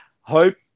hope